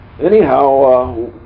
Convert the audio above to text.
anyhow